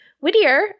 Whittier